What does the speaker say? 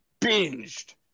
binged